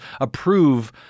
approve